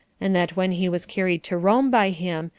and that when he was carried to rome by him,